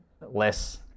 less